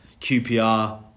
QPR